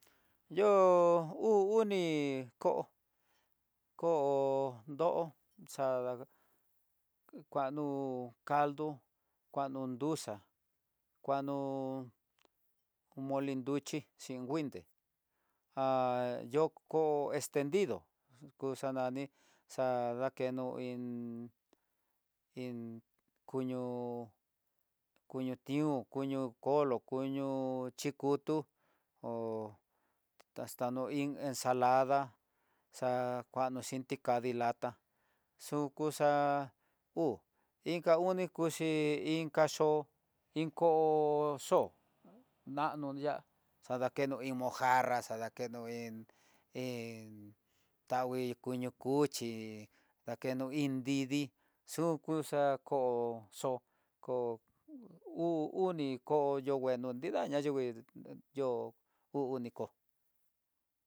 Yo uu uni koo, koo ndo xa kuanó caldo kuano duxa kuano moli nruxhi xhin nguide ha yoko estendido kuxa nani xakeno iin iin koño tion kuño kolo, kuño xhikuto, ho kaxtano iin ensalada xa kuano xhi ti kano lata xukuxa'a uu, inka uni kuxhi inka yoo inn koo yo'o nano ya xadakeno mojarra dakeno iin, iin tangui koño cuchi dakeno iin didi xuyu xa'á, kóo xo'ó ko uu uni koo yo ngueno nrida ñanguini yuu uni kó.